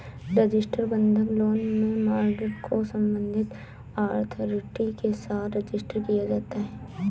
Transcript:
registered बंधक loan में mortgage को संबंधित अथॉरिटी के साथ रजिस्टर किया जाता है